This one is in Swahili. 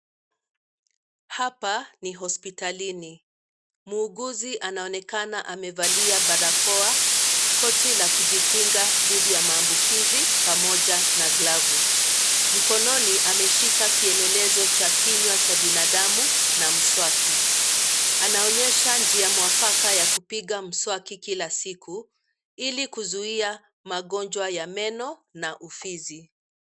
Hapa, ni hospitalini, muuguzi anaonekana amevalia barakoa, koti la kujikinga dhidi ya maambukizi, pamoja na glavu, mkononi ameshika kielelezo cha kinywa cha binadamu na mswaki, anaonyesha njia mwafaka ya kupiga mswaki kila siku, ilikuzuia, magonjwa ya meno na ufizi.